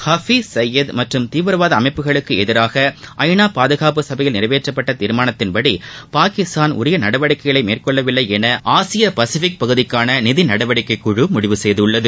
ஹபீஸ் சையது மற்றும் தீவிரவாத அமைப்புகளுக்கு எதிராக ஐநா பாதுகாப்பு சபையில் நிறைவேற்றப்பட்ட தீர்மானத்தின்படி பாகிஸ்தான் உரிய நடவடிக்கைகளை மேற்கொள்ளவில்லை என ஆசிய பசிபிக் பகுதிக்கான நிதி நடவடிக்கை குழு முடிவு செய்துள்ளது